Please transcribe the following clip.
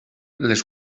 les